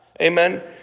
Amen